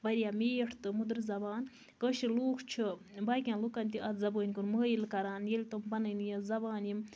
واریاہ میٖٹھ تہٕ مٔدٕر زَبان کٲشِر لوٗکھ چھِ باقین لُکَن تہِ اَتھ زَبٲنۍ کُن مٲیِل کران ییٚلہِ تِم پَنٕنۍ یِم زَبان یِم